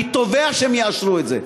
אני תובע שהם יאשרו את זה.